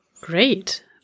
Great